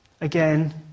Again